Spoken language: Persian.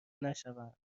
نشوند